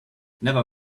never